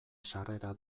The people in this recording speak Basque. sarrera